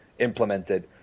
implemented